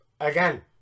again